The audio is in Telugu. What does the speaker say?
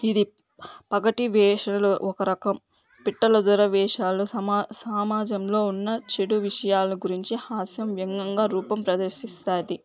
ఇది పగటి వేషాలలో ఒక రకం పిట్టల దొర వేషాలు సమ సామాజంలో ఉన్న చెడు విషయాల గురించి హాస్యం వ్యంగ్యంగా రూపం ప్రదర్శిస్తుంది